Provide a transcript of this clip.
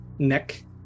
Neck